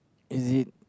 is it